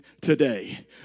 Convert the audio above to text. today